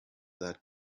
that